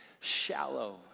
shallow